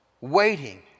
Waiting